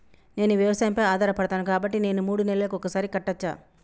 నేను వ్యవసాయం పై ఆధారపడతాను కాబట్టి నేను మూడు నెలలకు ఒక్కసారి కట్టచ్చా?